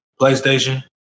PlayStation